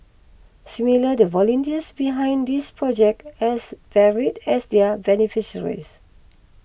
similarly the volunteers behind this project as varied as their beneficiaries